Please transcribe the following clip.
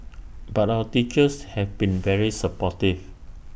but our teachers have been very supportive